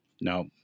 no